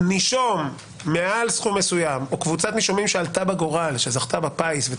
נישום מעל סכום מסוים או קבוצת נישומים שזכתה בפיס ועלתה בגורל,